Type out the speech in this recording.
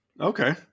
Okay